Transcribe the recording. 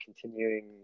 continuing